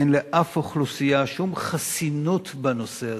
אין לאף אוכלוסייה שום חסינות בנושא הזה.